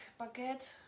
baguette